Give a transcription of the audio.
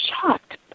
shocked